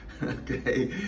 Okay